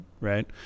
right